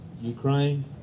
Ukraine